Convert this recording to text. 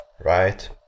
right